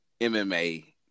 MMA